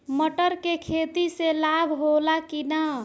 मटर के खेती से लाभ होला कि न?